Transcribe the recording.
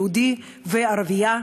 יהודי וערבייה,